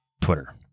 Twitter